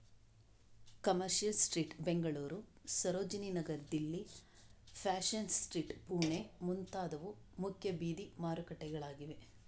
commercial Street Bengaluru, Sarojini Nagar Delhi, Fashion Street Pune ಮುಂತಾದವು ಮುಖ್ಯ ಬೀದಿ ಮಾರುಕಟ್ಟೆಗಳಾಗಿವೆ